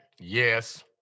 Yes